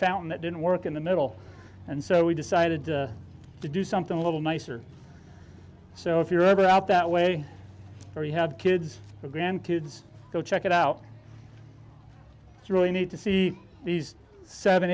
fountain that didn't work in the middle and so we decided to do something a little nicer so if you're ever out that way or you have kids or grandkids go check it out it's really need to see these seven